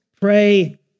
pray